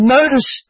Notice